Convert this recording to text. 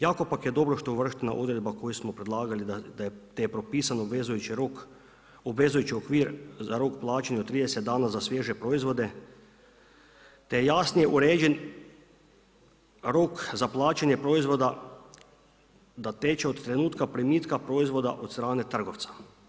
Jako pak je dobro što je uvrštena odredba koju smo predlagali, te je propisan obvezujući rok, obvezujući okvir za rok plaćanja do 30 dana za svježe proizvode, te je jasnije uređen rok za plaćanje proizvoda da teče od trenutka primitka proizvoda od strane trgovca.